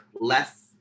less